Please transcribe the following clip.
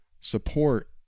support